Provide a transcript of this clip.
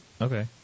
Okay